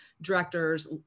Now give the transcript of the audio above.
directors